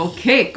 Okay